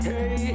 Hey